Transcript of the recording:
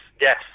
yes